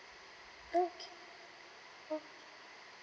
okay okay